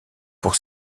pour